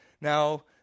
now